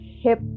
hip